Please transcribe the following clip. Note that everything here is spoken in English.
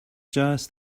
just